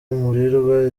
aburirwa